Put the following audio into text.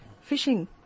fishing